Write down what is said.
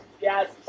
Yes